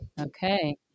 Okay